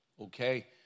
okay